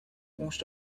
most